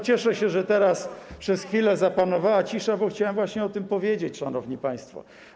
Cieszę się, że teraz przez chwilę zapanowała cisza, bo chciałem właśnie o tym powiedzieć, szanowni państwo.